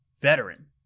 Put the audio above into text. veteran